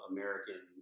American